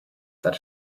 that